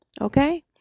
Okay